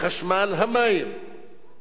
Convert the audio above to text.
אם זה החשמל ואם זה המים,